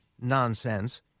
nonsense